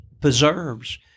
preserves